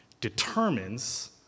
determines